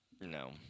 No